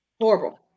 horrible